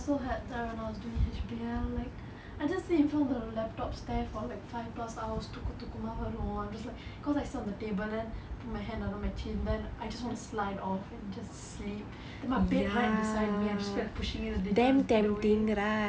I also had that when I was doing H_B_L like I just sit in front of the laptop stare for like five plus hours தூக்கம் தூக்கமா வரும்:thukkam thukkamaa varum I'm just like cause I sit on the table then put my hand around my chin then I just wanna slide off just sleep then the bed right beside me I just kept pushing it a little bit away